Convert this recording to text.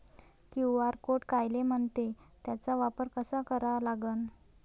QR code कायले म्हनते, त्याचा वापर कसा करा लागन?